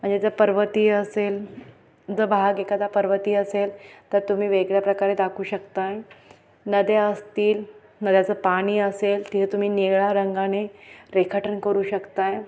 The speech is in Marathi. म्हणजे जर पर्वतीय असेल जर भाग एखादा पर्वतीय असेल तर तुम्ही वेगळ्या प्रकारे दाखवू शकत आहात नद्या असतील नद्यांचं पाणी असेल तिथे तुम्ही निळा रंगाने रेखाटन करू शकत आहात